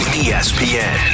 espn